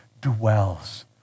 dwells